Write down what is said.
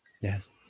Yes